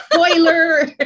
spoiler